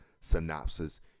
synopsis